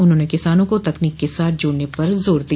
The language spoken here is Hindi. उन्होंने किसानों को तकनीक के साथ जोड़ने पर जोर दिया